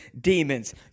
demons